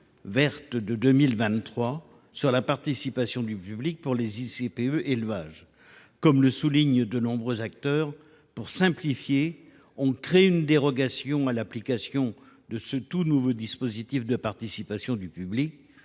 verte de 2023 quant à la participation du public pour les ICPE élevage. Comme le soulignent de nombreux acteurs, en voulant « simplifier », on crée une dérogation à l’application de ce nouveau dispositif de participation du public